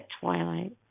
twilight